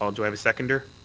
um do i have a seconder?